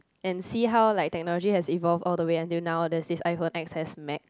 and see how like technology has evolve all the way until now there's this iPhone-X_S-Max